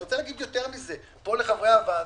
אני רוצה להגיד יותר מזה, פה לחברי הוועדה,